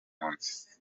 munsi